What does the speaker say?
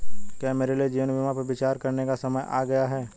क्या मेरे लिए जीवन बीमा पर विचार करने का समय आ गया है?